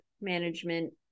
management